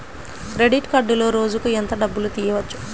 Credit కార్డులో రోజుకు ఎంత డబ్బులు తీయవచ్చు?